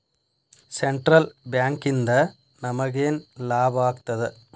Central ಬ್ಯಾಂಕಿಂದ ನಮಗೇನ್ ಲಾಭಾಗ್ತದ?